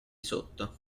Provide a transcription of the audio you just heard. sotto